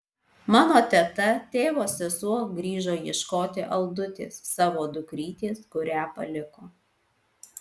mano teta tėvo sesuo grįžo ieškoti aldutės savo dukrytės kurią paliko